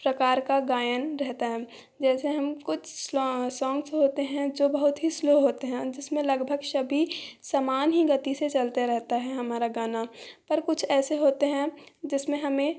प्रकार का गायन रहता है जैसे हम कुछ सोंग्स होते हैं जो बहुत ही स्लो होते हैं जिसमें लगभग सभी सामान ही गति से चलता रहता है हमारा गाना पर कुछ ऐसे होते हैं जिसमें हमें